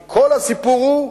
כי כל הסיפור הוא: